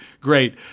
great